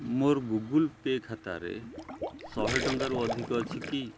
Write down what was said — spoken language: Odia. ମୋର ଗୁଗଲ୍ ପେ ଖାତାରେ ଶହେ ଟଙ୍କାରୁ ଅଧିକ ଅଛି କି